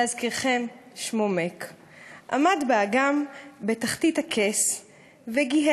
להזכירכם, שמו מק / עמד באגם, בתחתית הכס וגיהק.